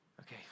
okay